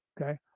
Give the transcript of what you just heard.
Okay